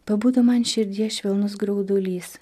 pabudo man širdies švelnus graudulys